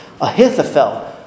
Ahithophel